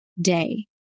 day